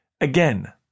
Again